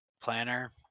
planner